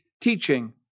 teaching